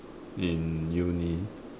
in uni